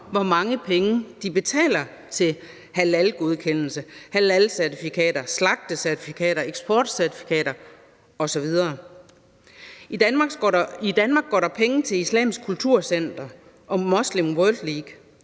hvor mange penge de betaler til halalgodkendelse, halalcertifikater, slagtecertifikater, eksportcertifikater osv. I Danmark går der penge til Islamisk Kulturcenter og Muslim World League